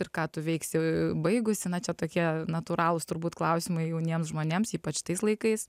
ir ką tu veiksi baigusi na čia tokie natūralūs turbūt klausimai jauniems žmonėms ypač tais laikais